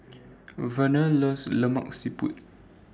Verner loves Lemak Siput